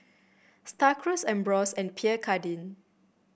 Star Cruise Ambros and Pierre Cardin